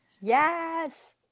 Yes